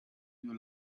you